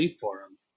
forum